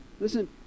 Listen